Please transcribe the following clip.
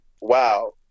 wow